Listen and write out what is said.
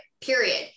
period